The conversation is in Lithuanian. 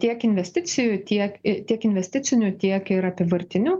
tiek investicijų tiek tiek investicinių tiek ir apyvartinių